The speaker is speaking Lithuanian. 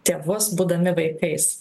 tėvus būdami vaikais